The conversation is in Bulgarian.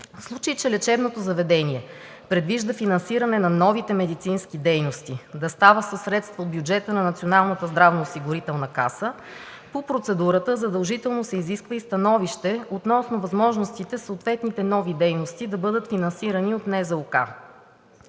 В случай че лечебното заведение предвижда финансирането на новите медицински дейности да става със средства от бюджета на Националната здравноосигурителна каса, по процедурата задължително се изисква и становище относно възможностите съответните нови дейности да бъдат финансирани от НЗОК.